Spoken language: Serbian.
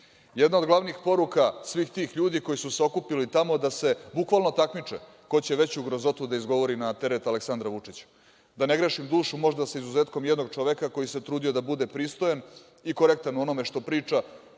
od glavnih poruka svih tih ljudi koji su se okupili tamo da se bukvalno takmiče ko će veću grozotu da izgovori na teret Aleksandra Vučića. Da ne grešim dušu, možda sa izuzetkom jednog čoveka koji se trudio da bude pristojan i korektan u onome što priča